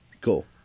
Cool